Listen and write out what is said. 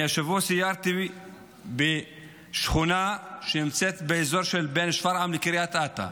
השבוע סיירתי בשכונה שנמצאת באזור שבין שפרעם לקריית אתא,